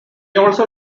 also